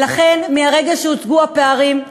ולכן, מהרגע שהוצגו הפערים,